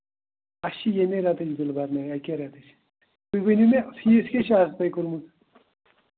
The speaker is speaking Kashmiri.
اَسہِ چھِ ییٚمے رٮ۪تٕچ بِلہٕ برنہِ اکیٚے رٮ۪تٕچ تُہۍ ؤنِو مےٚ فیٖس کیٛاہ چھُ اَز تۄہہِ کوٚرمُت